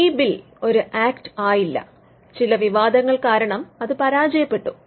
ഈ ബിൽ ഒരു ആക്ട് ആയില്ല ചില വിവാദങ്ങൾ കാരണം അത് പരാജയപെട്ടു